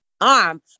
arm